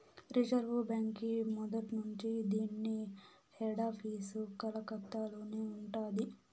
reserve బాంకీ మొదట్నుంచీ దీన్ని హెడాపీసు కలకత్తలోనే ఉండాది